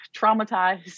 traumatized